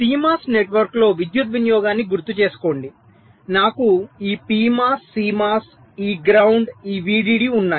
CMOS నెట్వర్క్లో విద్యుత్ వినియోగాన్ని గుర్తుచేసుకోండి నాకు ఈ PMOS CMOS ఈ గ్రౌండ్ ఈ VDD ఉన్నాయి